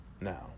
Now